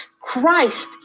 Christ